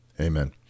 Amen